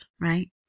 right